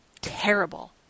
terrible